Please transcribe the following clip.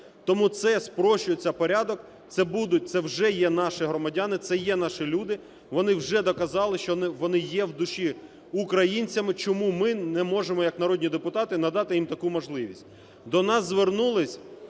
Тому це спрощується порядок, це будуть, це вже є наші громадяни, це є наші люди, вони вже доказали, що вони є в душі українцями. Чому ми не можемо як народні депутати надати їм таку можливість?